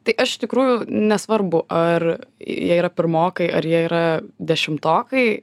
tai aš iš tikrųjų nesvarbu ar jie yra pirmokai ar jie yra dešimtokai